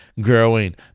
growing